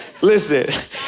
Listen